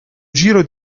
giro